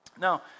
Now